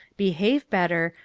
behave better,